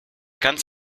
ganz